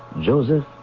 Joseph